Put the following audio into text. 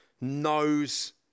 knows